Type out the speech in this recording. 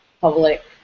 public